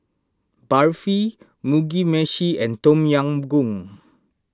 Barfi Mugi Meshi and Tom Yam Goong